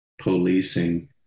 policing